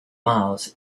miles